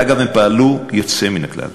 אגב, הם פעלו יוצא מן הכלל,